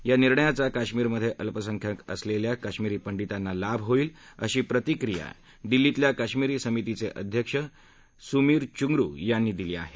या निर्णयाचा काश्मीरमध्ये अल्पसंख्यक असलेल्या काश्मिरी पंडीतांना लाभ होईल अशी प्रतिक्रिया अशी प्रतिक्रिया दिल्लीतल्या काश्मिरी समितीचे अध्यक्ष सुमीर घ्रुंगू यांनी दिली आहे